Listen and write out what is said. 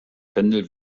pendel